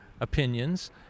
opinions